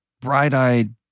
bright-eyed